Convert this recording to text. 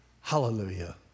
Hallelujah